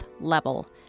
level